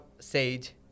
Sage